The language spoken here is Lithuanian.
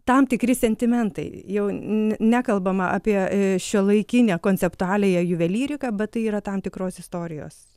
tam tikri sentimentai jau nekalbama apie šiuolaikinę konceptualiąją juvelyriką bet tai yra tam tikros istorijos